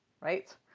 right